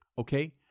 Okay